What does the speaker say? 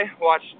Watch